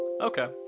Okay